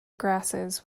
grasses